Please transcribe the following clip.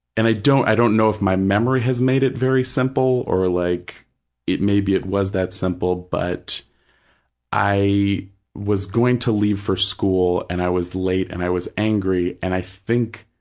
and i don't i don't know if my memory has made it very simple or like maybe it was that simple, but i was going to leave for school and i was late and i was angry, and i think,